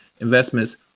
investments